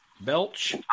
Belch